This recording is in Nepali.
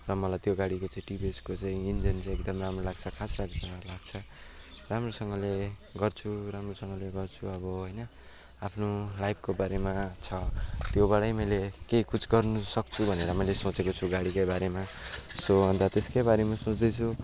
र मलाई त्यो गाडीको चाहिँ टिभिएसको चाहिँ इन्जिन चाहिँ एकदम राम्रो लाग्छ खास लाग्छ लाग्छ राम्रोसँगले गर्छु राम्रोसँगले गर्छु अब होइन आफ्नो लाइफको बारेमा छ त्योबाट मैले केही कुछ गर्नु सक्छु भनेर मैले सोचेको छु गाडीको बारेमा सो अन्त त्यसका बारेमा सोच्दैछु